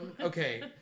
Okay